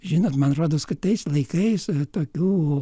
žinot man rodos kad tais laikais tokių